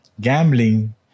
gambling